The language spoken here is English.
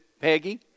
Peggy